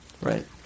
Right